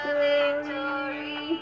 victory